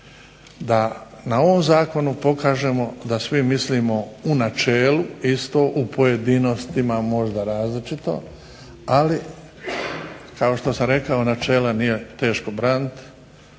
da na ovom zakonu pokažemo da svi mislimo u načelu isto, u pojedinostima možda različito, ali kao što sam rekao načela nije teško braniti,